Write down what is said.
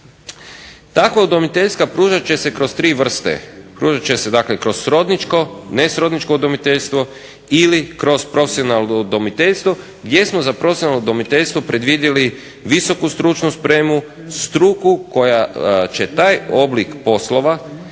Takva udomiteljstva pružat će se kroz tri vrste, pružat će se dakle kroz srodničko, nesrodničko udomiteljstvo ili kroz profesionalno udomiteljstvo. Jesmo za profesionalno udomiteljstvo predvidjeli visoku stručnu spremu, struku koja će taj oblik poslova